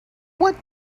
what